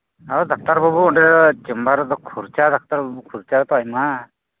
ᱟᱫᱚ ᱰᱟᱠᱛᱟᱨ ᱵᱟᱹᱵᱩ ᱚᱰᱮ ᱪᱮᱢᱵᱟᱨ ᱨᱮᱫᱚ ᱠᱷᱚᱨᱪᱟ ᱰᱟᱠᱛᱟᱨ ᱵᱟᱹᱵᱩ ᱠᱷᱚᱨᱪᱟ ᱟᱛᱚ ᱟᱭᱢᱟ